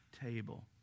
table